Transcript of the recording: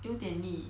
有点低